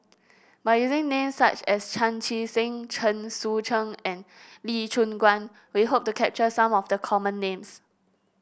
by using names such as Chan Chee Seng Chen Sucheng and Lee Choon Guan we hope to capture some of the common names